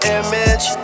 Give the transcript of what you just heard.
image